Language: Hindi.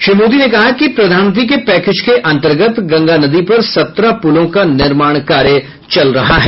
श्री मोदी ने कहा कि प्रधानमंत्री के पैकेज के अंतर्गत गंगा नदी पर सत्रह पुलों का निर्माण कार्य चल रहा है